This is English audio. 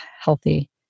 healthy